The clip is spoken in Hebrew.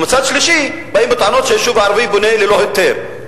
ומצד שלישי באים בטענות שהיישוב הערבי בונה ללא היתר.